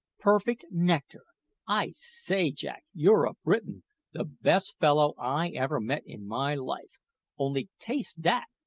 perfect nectar i say, jack, you're a briton the best fellow i ever met in my life only taste that!